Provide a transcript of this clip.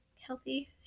healthy